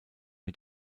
mit